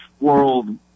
World